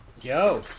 Yo